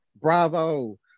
bravo